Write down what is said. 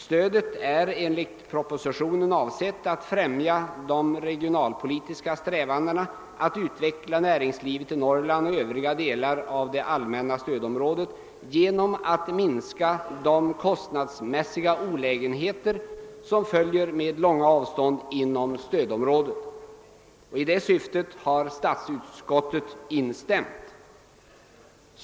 Stödet är enligt propositionen avsett att främja de regionalpolitiska strävandena att utveckla näringslivet i Norrland och övriga delar av det allmänna stödområdet genom att minska de kostnadsmässiga olägenheter som följer med långa avstånd inom stödområdet. I detta syfte har statsutskottet instämt.